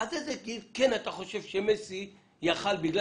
עד איזה גיל אתה חושב שמסי יכול היה לצאת בגלל